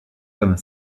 comme